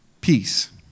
peace